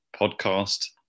podcast